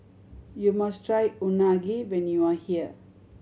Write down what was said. you must try Unagi when you are here